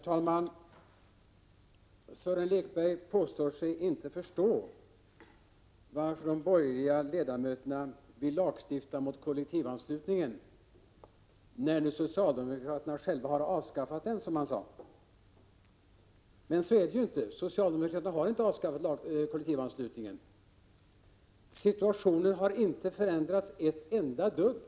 Herr talman! Sören Lekberg påstår sig inte förstå varför de borgerliga 25 november 1987 ledamöterna vill lagstifta mot kollektivanslutningen när nu socialdemokra= == Jm g terna själva har avskaffat denna. Men så är det ju inte. Socialdemokraterna har inte avskaffat kollektivanslutningen. Situationen har således inte förändrats ett enda dugg.